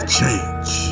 change